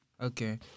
Okay